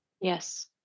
Yes